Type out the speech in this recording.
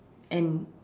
and